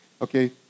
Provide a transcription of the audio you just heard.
Okay